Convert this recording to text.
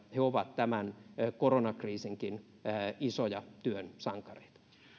ovat tämän koronakriisinkin isoja työn sankareita